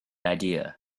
idea